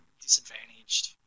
disadvantaged